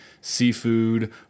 Seafood